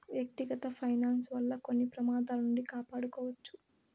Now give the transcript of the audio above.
వ్యక్తిగత ఫైనాన్స్ వల్ల కొన్ని ప్రమాదాల నుండి కాపాడుకోవచ్చు